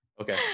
okay